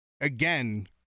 again